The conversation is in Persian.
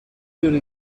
جور